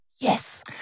yes